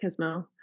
Kizmo